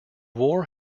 war